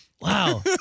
Wow